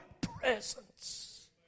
presence